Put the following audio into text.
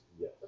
yes